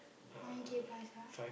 one k plus ah